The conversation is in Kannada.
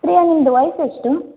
ಪ್ರಿಯಾ ನಿಮ್ದು ವಯ್ಸು ಎಷ್ಟು